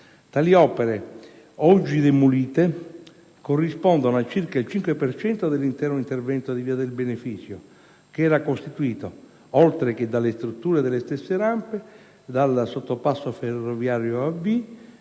Tali opere, oggi demolite, corrispondono a circa il 5 per cento dell'intero intervento di via del Benefizio, che era costituito, oltre che dalle strutture delle stesse rampe, dal sottopasso ferroviario AV,